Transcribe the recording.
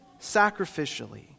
sacrificially